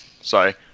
Sorry